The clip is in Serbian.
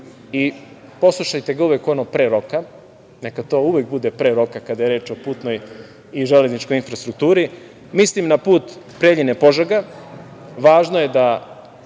i poslušajte ga ono – uvek pre roka, neka to uvek bude pre roka kada je reč o putnoj i železničkoj infrastrukturi, mislim na put Preljina-Požega, važno je da